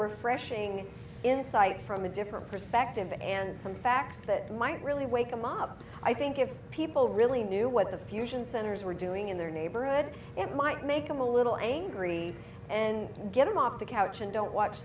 refreshing insight from a different perspective and some facts that might really wake them up i think if people really knew what the fusion centers were doing in their neighborhood it might make them a little angry and get them off the couch and don't watch